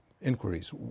inquiries